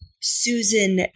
Susan